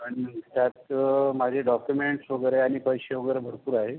आणि त्यात माझे डॉक्युमेंटस् वगैरे आणि पैसे वगैरे भरपूर आहे